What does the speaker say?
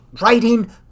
writing